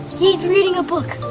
he's reading a book.